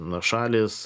na šalys